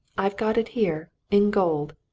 i've got it here in gold.